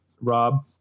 Rob